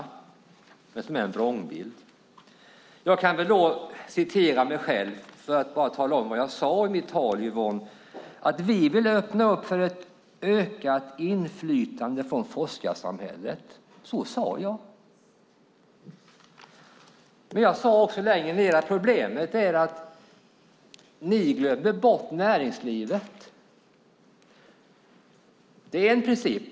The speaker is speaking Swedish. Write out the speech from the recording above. Men det är en vrångbild. Jag ska tala om vad jag sade i mitt anförande. Jag sade att vi vill öppna för ett ökat inflytande från forskarsamhället. Så sade jag. Men jag sade också att problemet är att ni glömmer bort näringslivet. Det är en princip.